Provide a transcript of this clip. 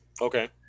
Okay